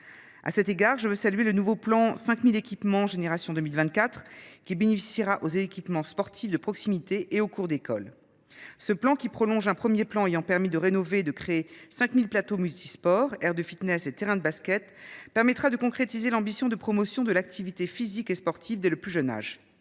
À cet égard, je veux saluer le nouveau plan « 5 000 terrains de sport – Génération 2024 », qui bénéficiera aux équipements sportifs de proximité et aux cours d’école. Ce plan, qui prolonge un premier plan ayant permis de rénover et de créer 5 000 plateaux multisports, aires de fitness et terrains de basket, permettra de concrétiser l’ambition de promotion de l’activité physique et sportive dès le plus jeune âge.